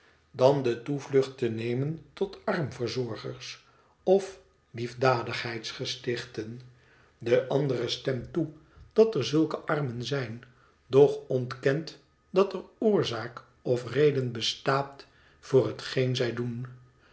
dan de toevlucht te nemen tot armverzorgers of liefdadigheidsgestichten de andere stemt toe dat er zulke armen zijn doch ontkent dat er oorzaak of reden bestaat voor hetgeen zij doen